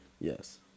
Yes